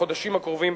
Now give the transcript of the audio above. בחודשים הקרובים,